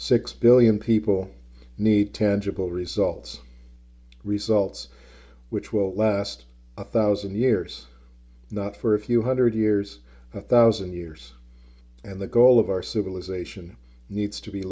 six billion people need tentacle results results which will last a one thousand years not for a few one hundred years a one thousand years and the goal of our civilization needs to be